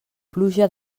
pluja